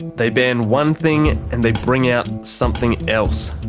they ban one thing and they bring out something else.